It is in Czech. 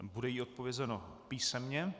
Bude jí odpovězeno písemně.